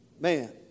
Man